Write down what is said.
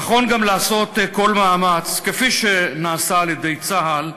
נכון גם לעשות כל מאמץ, כפי שנעשה על-ידי צה"ל,